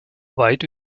weit